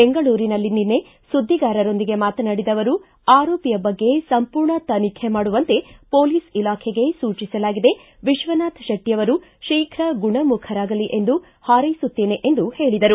ಬೆಂಗಳೂರಿನಲ್ಲಿ ನಿನ್ನೆ ಸುದ್ದಿಗಾರರೊಂದಿಗೆ ಮಾತನಾಡಿದ ಅವರು ಆರೋಪಿಯ ಬಗ್ಗೆ ಸಂಪೂರ್ಣ ತನಿಖೆ ಮಾಡುವಂತೆ ಪೊಲೀಸ್ ಇಲಾಖೆಗೆ ಸೂಚಿಸಲಾಗಿದೆ ವಿಶ್ವನಾಥ್ ಶೆಟ್ಟಿಯವರು ತೀಪ್ರ ಗುಣಮುಖರಾಗಲಿ ಎಂದು ಹಾರ್ಯೆಸುತ್ತೇನೆ ಎಂದು ಹೇಳಿದರು